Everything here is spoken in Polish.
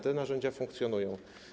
Te narzędzia funkcjonują.